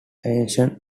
ancient